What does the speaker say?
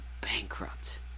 bankrupt